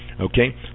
Okay